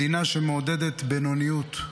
מדינה שמעודדת בינוניות,